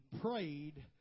prayed